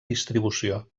distribució